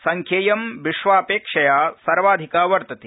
संख्येय विश्वापेक्षया सर्वाधिका वर्तते